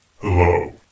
Hello